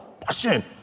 passion